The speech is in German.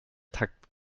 takt